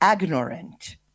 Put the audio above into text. ignorant